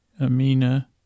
Amina